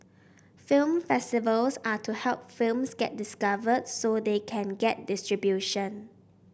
film festivals are to help films get discovered so they can get distribution